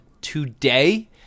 today